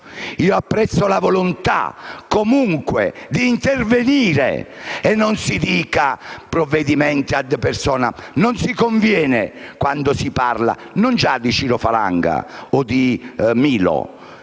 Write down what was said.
apprezzo la volontà, comunque, di intervenire. E non si parli di provvedimenti *ad personam*. Non si conviene, quando si parla, non già di Ciro Falanga o del